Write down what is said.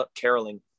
caroling